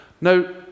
Now